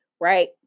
right